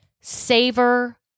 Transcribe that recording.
Savor